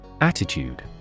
Attitude